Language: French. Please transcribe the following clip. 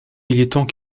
militants